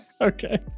okay